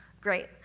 Great